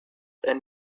and